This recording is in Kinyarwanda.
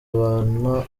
abana